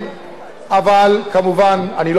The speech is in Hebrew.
אבל כמובן אני לא מצפה, הוא לא היה בקי.